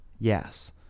yes